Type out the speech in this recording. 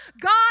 God